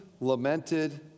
lamented